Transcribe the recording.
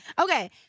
Okay